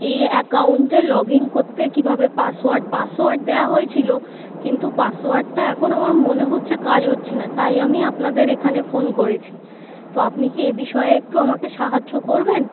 এই অ্যাকাউন্টে log in করতে কীভাবে পাসওয়ার্ড পাসওয়ার্ড দেওয়া হয়েছিল কিন্তু পাসওয়ার্ডটা এখন আমার মনে হচ্ছে কাজ হচ্ছে না তাই আমি আপনাদের এখানে ফোন করেছি তো আপনি কি এ বিষয়ে একটু আমাকে সাহায্য করবেন